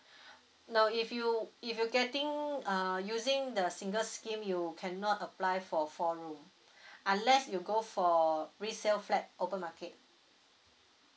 no if you if you getting uh using the singles scheme you cannot apply for four room unless you go for resale flat open market